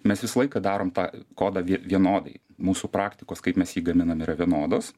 mes visą laiką darom tą kodą vienodai mūsų praktikos kaip mes jį gaminame yra vienodos